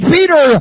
Peter